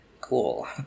Cool